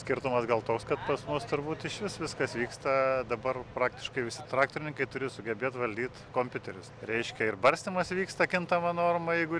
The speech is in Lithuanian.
skirtumas gal toks kad pas mus turbūt išvis viskas vyksta dabar praktiškai visi traktorininkai turi sugebėt valdyt kompiuterius reiškia ir barstymas vyksta kintama norma jeigu